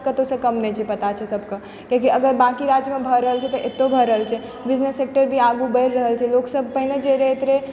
कतौ सऽ कम नहि छै पता छै सबके कियाकि अगर बांकी राज्यमे भऽ रहल छै तऽ एतौ भऽ रहल छै बिजनेस सेक्टर भी आगू बढि रहल छै लोकसब पहिने जे रहैत रहै